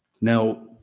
Now